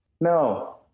no